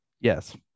Yes